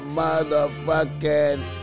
motherfucking